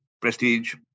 prestige